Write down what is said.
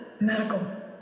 medical